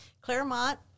Claremont